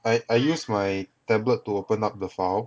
I I use my tablet to open up the file